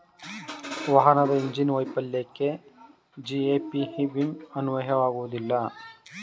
ವಾಹನದ ಇಂಜಿನ್ ವೈಫಲ್ಯಕ್ಕೆ ಜಿ.ಎ.ಪಿ ವಿಮೆ ಅನ್ವಯವಾಗುವುದಿಲ್ಲ